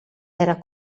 era